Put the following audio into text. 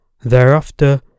Thereafter